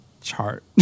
chart